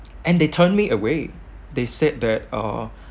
and they turned me away they said that uh